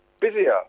busier